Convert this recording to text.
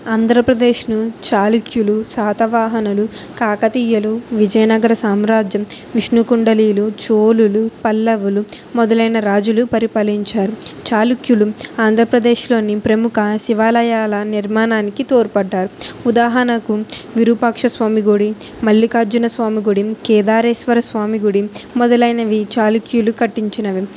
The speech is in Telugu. ఆంధ్రప్రదేశ్ను చాళుక్యులు శాతవాహనులు కాకతీయులు విజయనగర సామ్రాజ్యం విష్ణుకుండినులు చోళులు పల్లవులు మొదలైన రాజులు పరిపాలించారు చాళుక్యులు ఆంధ్రప్రదేశ్లోని ప్రముఖ శివాలయాల నిర్మాణానికి తోడ్పడ్డారు ఉదాహరణకు విరూపాక్ష స్వామి గుడి మల్లిఖార్జున స్వామి గుడి కేదారేశ్వర స్వామి గుడి మొదలైనవి చాళుక్యులు కట్టించినవి